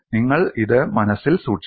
നിങ്ങൾ ഇത് മനസ്സിൽ സൂക്ഷിക്കണം